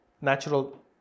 natural